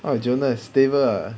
ah jonas stable ah